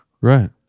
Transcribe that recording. right